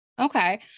Okay